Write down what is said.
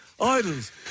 idols